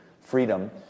freedom